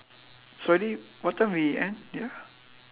sorry what time we end ya